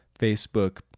Facebook